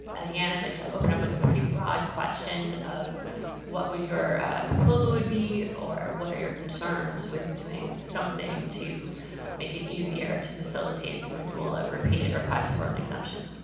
again, i'd like to open up with a pretty broad question of what would your proposal would be or what are your concerns with doing something to make it easier to facilitate the renewal of repeated requests for an exemption.